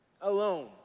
Alone